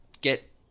get